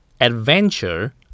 Adventure